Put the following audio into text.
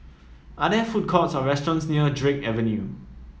are there food courts or restaurants near Drake Avenue